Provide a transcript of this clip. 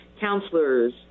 counselors